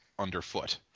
underfoot